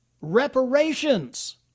reparations